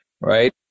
right